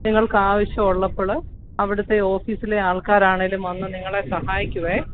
നിങ്ങൾക്ക് ആവശ്യമുള്ളപ്പോള് അവിടുത്തെ ഓഫീസിലെ ആൾക്കാരാണെങ്കിലും വന്ന് നിങ്ങളെ സഹായിക്കും